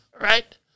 right